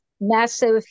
massive